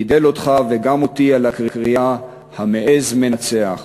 גידל אותך וגם אותי על הקריאה: המעז מנצח.